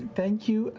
thank you.